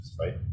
right